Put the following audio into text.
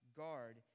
guard